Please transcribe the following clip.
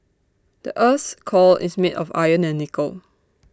the Earth's core is made of iron and nickel